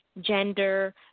gender